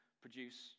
produce